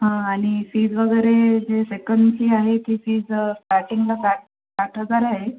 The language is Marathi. हा आणि फीज वगैरे जी सेकंडची आहे ती फीज स्टार्टिंगला साठ हजार आहे